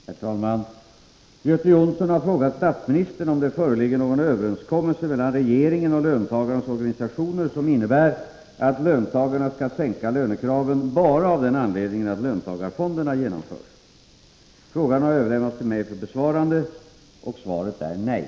Herr talman! Göte Jonsson har frågat statsministern om det föreligger någon överenskommelse mellan regeringen och löntagarnas organisationer som innebär att löntagarna skall sänka lönekraven bara av den anledningen att löntagarfonderna genomförs? Frågan har överlämnats till mig för besvarande. Svaret är nej.